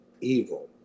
evil